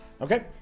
Okay